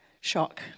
shock